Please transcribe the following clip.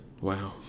Wow